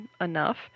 enough